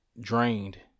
drained